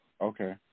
Okay